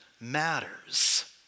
matters